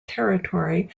territory